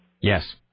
Yes